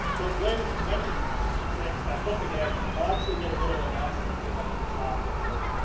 but when when it connects back up again i will actually get a little announcement thing up at the top that says.